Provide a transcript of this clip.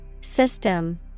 System